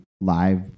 live